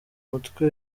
mutwe